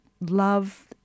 love